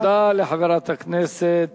תודה לחברת הכנסת